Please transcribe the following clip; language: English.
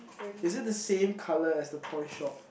is it the same colour as the toy shop